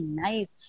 nice